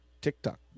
TikTok